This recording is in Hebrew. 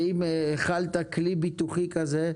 שאם הכלת כלי ביטוחי כזה,